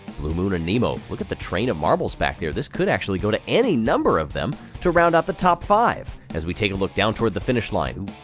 blue moon and nemo. look at the train of marbles back there. this could actually go to any number of them to round out the top five, as we take a look down toward the finish line.